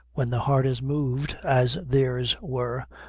when the heart is moved as theirs were,